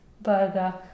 burger